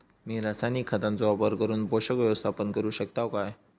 मी रासायनिक खतांचो वापर करून पोषक व्यवस्थापन करू शकताव काय?